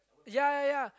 ya ya ya